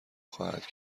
خواهد